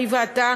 אני ואתה,